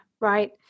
right